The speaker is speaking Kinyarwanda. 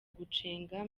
gucenga